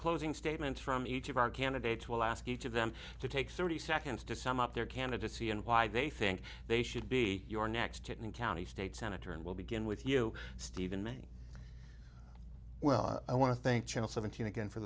closing statements from each of our candidates will ask each of them to take thirty seconds to sum up their candidacy and why they think they should be your next and county state senator and we'll begin with you stephen me well i want to thank channel seventeen again for